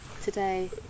today